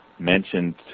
Mentioned